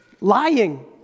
lying